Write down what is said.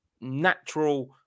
natural